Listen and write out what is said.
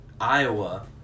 Iowa